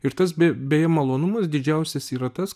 ir tas be beje malonumas didžiausias yra tas